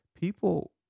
people